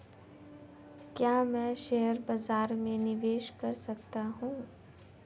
क्या मैं शेयर बाज़ार में निवेश कर सकता हूँ?